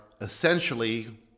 essentially